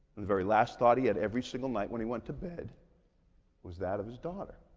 very last thought he had every single night when he went to bed was that of his daughter.